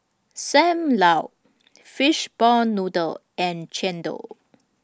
SAM Lau Fishball Noodle and Chendol